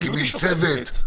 מקימים צוות?